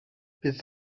bydd